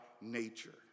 nature